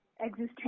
existence